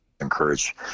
encourage